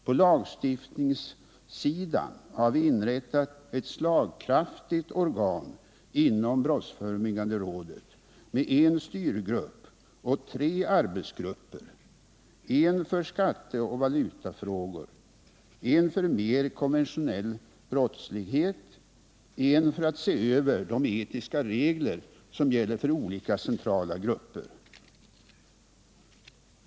På lagstiftningssidan har vi inrättat ett slagkraftigt organ inom brottsförebyggande rådet med en styrgrupp och tre arbetsgrupper: en för skatteoch valutafrågor, en för mer konventionell brottslighet och en för att se över de etiska regler som gäller för olika centrala grupper.